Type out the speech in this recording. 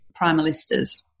primalistas